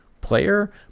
player